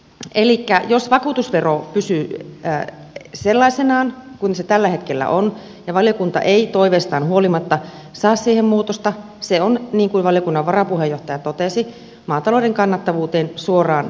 elikkä jos vakuutusvero pysyy sellaisenaan kuin se tällä hetkellä on ja valiokunta ei toiveistaan huolimatta saa siihen muutosta se on niin kuin valiokunnan varapuheenjohtaja totesi maatalouden kannattavuuteen suoraan vaikuttava tekijä